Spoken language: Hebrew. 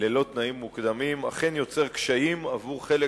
ללא תנאים מוקדמים, אכן יוצר קשיים עבור חלק